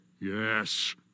yes